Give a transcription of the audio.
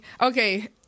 okay